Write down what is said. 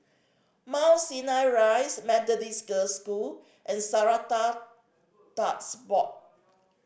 Mount Sinai Rise Methodist Girls' School and Strata Board